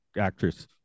actress